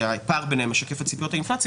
והפער ביניהן משקף את ציפיות האינפלציה,